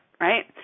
right